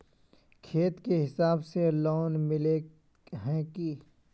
खेत के हिसाब से लोन मिले है की?